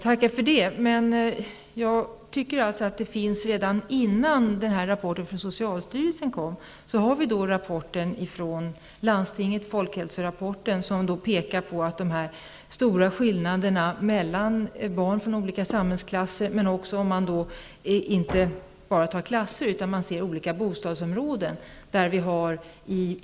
Herr talman! Jag tackar för det. Men redan innan rapporten från socialstyrelsen kom, hade vi folkhälsorapporten från landstinget. Denna pekar på de stora skillnaderna mellan barn från olika samhällsklasser men även från olika bostadsområden.